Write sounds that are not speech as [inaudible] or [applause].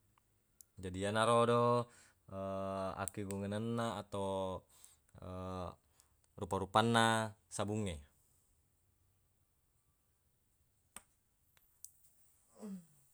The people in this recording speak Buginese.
Jadi yenarodo [hesitation] akkegungenna atau [hesitation] rupa-rupanna sabungnge [noise]